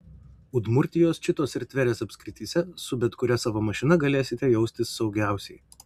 udmurtijos čitos ir tverės apskrityse su bet kuria savo mašina galėsite jaustis saugiausiai